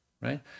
right